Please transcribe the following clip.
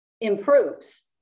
improves